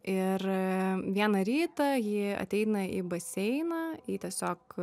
ir vieną rytą ji ateina į baseiną į tiesiog